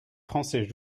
français